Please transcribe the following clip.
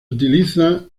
utiliza